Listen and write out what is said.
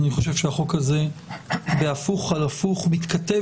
אני חושב שהחוק הזה בהפוך על הפוך מתכתב